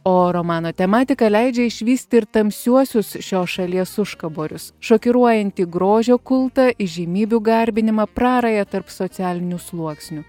o romano tematika leidžia išvysti ir tamsiuosius šios šalies užkaborius šokiruojantį grožio kultą įžymybių garbinimą prarają tarp socialinių sluoksnių